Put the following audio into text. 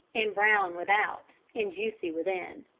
and brown without, and juicy within.